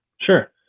Sure